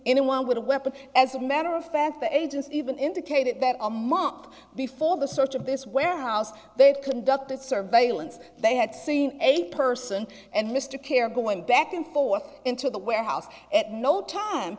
anyone with a weapon as a member of fact the agents even indicated that a month before the search of this warehouse they had conducted surveillance they had seen a person and mr care going back and forth into the warehouse at no time